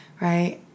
right